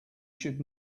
should